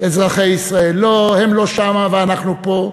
אזרחי ישראל, לא, הם לא שמה ואנחנו פה.